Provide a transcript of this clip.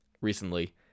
recently